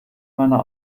meiner